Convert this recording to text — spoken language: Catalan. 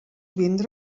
vindre